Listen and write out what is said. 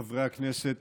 חברי הכנסת,